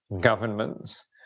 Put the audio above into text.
governments